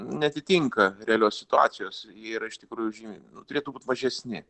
neatitinka realios situacijos jie yra iš tikrųjų žymiai turėtų būt mažesni